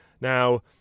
Now